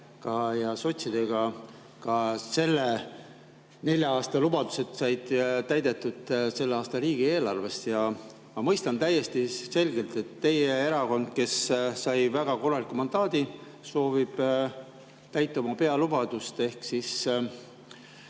ja sotsidega ka selle nelja aasta lubadused said täidetud selle aasta riigieelarvest. Ma mõistan täiesti selgelt, et teie erakond, kes sai väga korraliku mandaadi, soovib täita oma pealubadust ehk siis